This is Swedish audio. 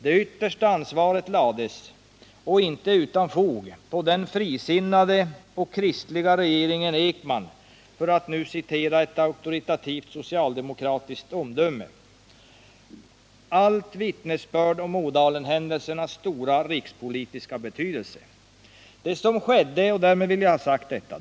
Det yttersta ansvaret lades — och inte utan fog — på ”den frisinnade och kristliga regeringen Ekman”, för att nu citera ett auktoritativt socialdemokratiskt omdöme. Allt detta är vittnesbörd om Ådalenhändelsernas stora rikspolitiska betydelse. Därmed vill jag ha sagt detta.